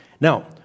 Now